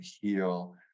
heal